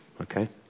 okay